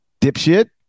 Dipshit